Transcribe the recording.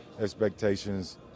expectations